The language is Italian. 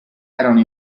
erano